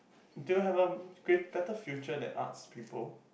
still have a grea~ better future than arts people